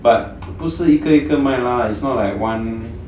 but 不是一个一个卖 lah is not like one